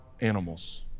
animals